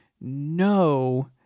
no